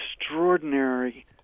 extraordinary